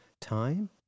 time